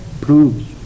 proves